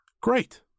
great